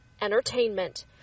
Entertainment